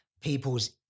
peoples